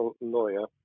lawyer